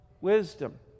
wisdom